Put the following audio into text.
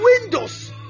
windows